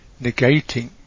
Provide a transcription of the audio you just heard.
negating